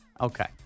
Okay